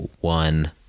one